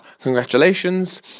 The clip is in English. congratulations